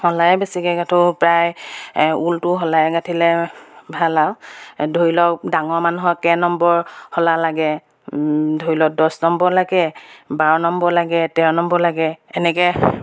শলাই বেছিকৈ গাঠোঁ প্ৰায় ঊলটো শলাই গাঁঠিলে ভাল আৰু ধৰি লওক ডাঙৰ মানুহক কেইনম্বৰ শলা লাগে ধৰি লওক দহ নম্বৰ লাগে বাৰ নম্বৰ লাগে তেৰ নম্বৰ লাগে এনেকৈ